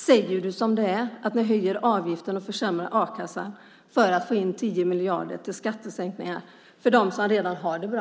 Säger du som det är att ni höjer avgiften och försämrar a-kassan för att få in 10 miljarder till skattesänkningar för dem som redan har det bra?